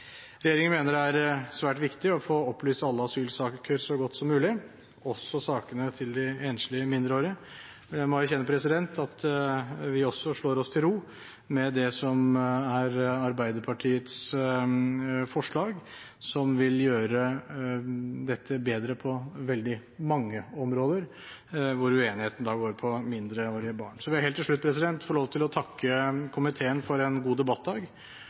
Regjeringen mener det er svært viktig å få opplyst alle asylsaker så godt som mulig, også sakene til de enslige mindreårige. Jeg må erkjenne at vi også slår oss til ro med Arbeiderpartiet og Senterpartiets forslag som vil gjøre dette bedre på veldig mange områder, hvor uenigheten går på mindreårige barn. Så vil jeg helt til slutt få lov til å takke komiteen for en god debattdag,